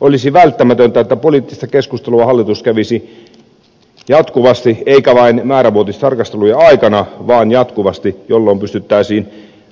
olisi välttämätöntä että poliittista keskustelua hallitus kävisi jatkuvasti eikä vain määrävuotistarkastelujen aikana vaan jatkuvasti jolloin pystyttäisiin